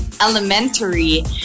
elementary